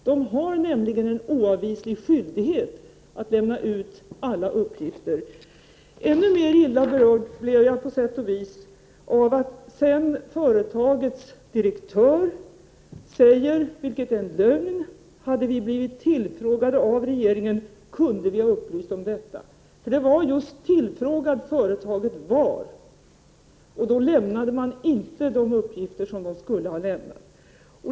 De har en oavvislig skyldighet att lämna ut alla uppgifter. 43 På sätt och vis blev jag ännu mer illa berörd av att företagets direktör säger —- vilket är en lögn — att om man blivit tillfrågad av regeringen så kunde man ha givit upplysningar. Det var just tillfrågad som företaget blev, och då lämnade man inte de uppgifter som man skulle ha lämnat.